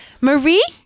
Marie